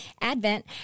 advent